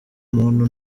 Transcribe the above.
muntu